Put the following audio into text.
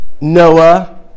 Noah